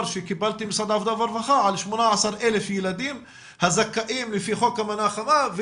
שקיבלתי ממשרד העבודה והרווחה על 18,000 ילדים הזכאים לפי חוק המנה החמה,